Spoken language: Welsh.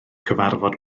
cyfarfod